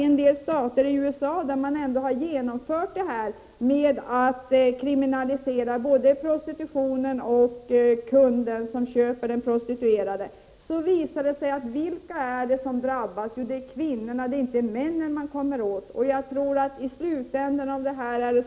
I en del stater i USA har man kriminaliserat såväl prostitution som köp av sexuella tjänster. Där har det visat sig att man inte kommer åt männen, utan att det är kvinnorna som blir straffade.